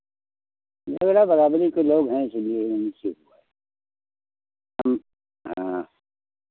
झगड़ा बराबरी के लोग हैं इसीलिए उन्हीं से हुआ है हम हाँ